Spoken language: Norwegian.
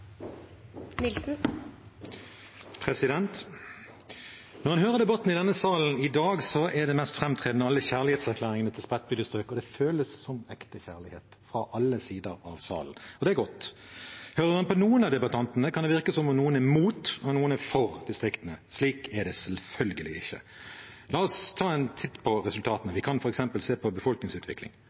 det mest framtredende alle kjærlighetserklæringene til spredtbygde strøk. Det føles også som ekte kjærlighet fra alle sider av salen – og det er godt. Hører en på noen av debattantene, kan det virke som om noen er imot og noen for distriktene. Slik er det selvfølgelig ikke. La oss ta en titt på resultatene. Vi kan f.eks. se på